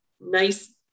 nice